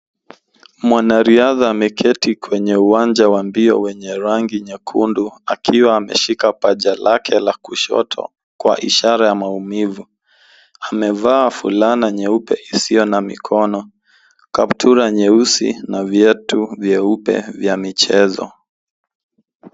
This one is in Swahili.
Mwanariadha ameketi kwenye uwanja wa mbio wenye rangi nyekundu akiwa ameshika paja lake la kushoto kwa ishara ya maumivu. Amevaa fulana nyeupe isiyo na mikono, kaptura nyeusi na viatu vyeupe vya michezo.